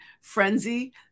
frenzy